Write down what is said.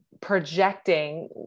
projecting